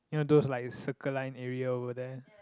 you know those like Circle Line area over there